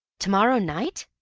to-morrow night!